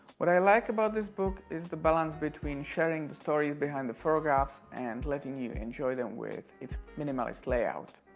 what i like about this book is the balance between sharing the stories behind the photographs and letting you enjoy them with its minimalist layout.